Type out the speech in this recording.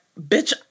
bitch